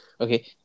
okay